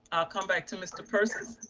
i'll come back to mr. persis,